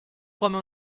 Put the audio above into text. come